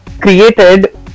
created